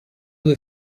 due